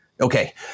Okay